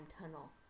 tunnel